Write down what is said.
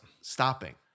stopping